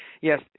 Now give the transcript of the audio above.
Yes